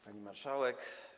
Pani Marszałek!